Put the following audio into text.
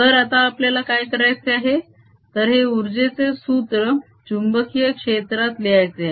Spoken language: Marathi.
तर आता आपल्याला काय करायचे आहे तर हे उर्जेचे सूत्र चुंबकीय क्षेत्रात लिहायचे आहे